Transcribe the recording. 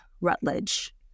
Rutledge